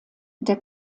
der